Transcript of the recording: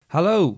Hello